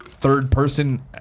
Third-person